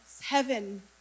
Heaven